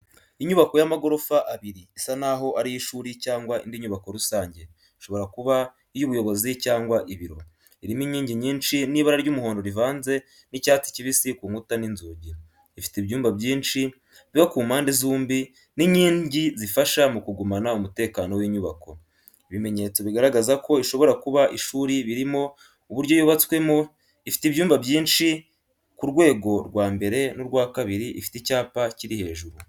Inyubako y’amagorofa abiri, isa n’aho ari iy’ishuri cyangwa indi nyubako rusange, ishobora no kuba iy’ubuyobozi cyangwa ibiro. Irimo inkingi nyinshi n'ibara ry’umuhondo rivanze n’icyatsi kibisi ku nkuta n’inzugi. Ifite ibyumba byinshi biba ku mpande zombi n’inkingi zifasha mu kugumana umutekano w’inyubako. Ibimenyetso bigaragaza ko ishobora kuba ishuri birimo: Uburyo yubatswemo: ifite ibyumba byinshi ku rwego rwa mbere n’urwa kabiri. Ifite icyapa kiri hejuru,